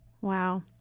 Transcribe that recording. Wow